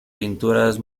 pinturas